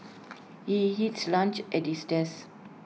he eats lunch at his desk